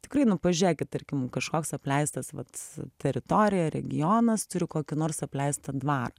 tikrai nu pažėkit tarkim kažkoks apleistas vat teritorija regionas turi kokį nors apleistą dvarą